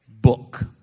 book